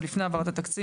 עוד לפני העברת התקציב,